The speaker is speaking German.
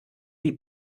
wie